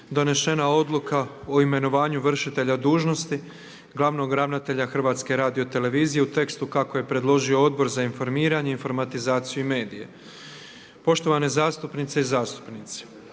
donesena Odluka o imenovanju vršitelja dužnosti glavnog ravnatelja Hrvatske radiotelevizije u tekstu kako je predložio Odbor za informiranje, informatizaciju i medije. Poštovane zastupnice i zastupnici